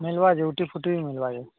ମିଲ୍ବା ଯେ ଉଟି ଫୁଟିି ମିଲ୍ବା